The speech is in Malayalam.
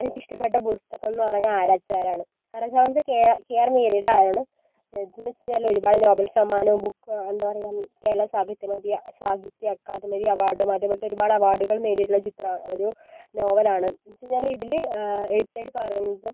എനിക്കിഷ്ടപ്പെട്ട പുസ്തകം എന്ന് പറഞ്ഞാൽ ആരാചാരാണ് ആരാചാരെന്ന് വെച്ചാൽ കെ ആ കെ ആർ മീരയുടെ ആണ് ഇതെന്ന് വെച്ച് കഴിഞ്ഞാല് ഒരുപാട് നോബൽ സമ്മാനവും ബുക്ക് എന്താ പറയുക കേരളാ സാഹിത്യ നദി സാഹിത്യ അക്കാദമി അവാർഡും അതേപോലത്തെ ഒരുപാട് അവാർഡുകൾ നേടിയിട്ടിള്ള ചിത്ര ഒരു നോവലാണ് എന്ന് വെച്ച് കഴിഞ്ഞാല് ഇതില് എഴുത്തുകാരി പറയുന്നത്